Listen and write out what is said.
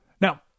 Now